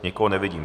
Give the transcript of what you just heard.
Nikoho nevidím.